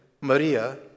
Maria